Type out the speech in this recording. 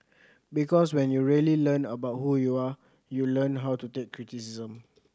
because when you really learn about who you are you learn how to take criticism